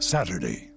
Saturday